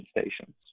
stations